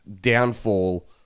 downfall